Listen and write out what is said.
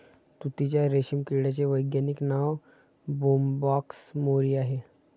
तुतीच्या रेशीम किड्याचे वैज्ञानिक नाव बोंबॅक्स मोरी आहे